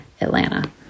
Atlanta